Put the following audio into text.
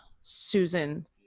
susan